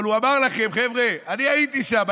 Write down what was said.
אבל הוא אמר לכם: אני הייתי שם.